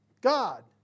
God